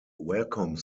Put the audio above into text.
welcome